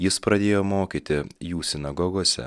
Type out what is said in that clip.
jis pradėjo mokyti jų sinagogose